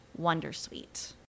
Wondersuite